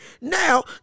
Now